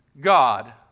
God